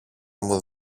μου